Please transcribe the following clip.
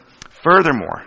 Furthermore